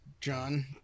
John